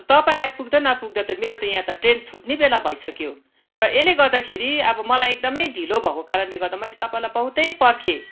तपाईँ आइपुग्दा नपुग्दा त मेरो त यहाँ त ट्रेन छुट्ने बेला भइसक्यो र यसले गर्दाखेरि अब मलाई एकदमै ढिलो भएको कारणले गर्दा मैले तपाईँलाई बहुतै पर्खेँ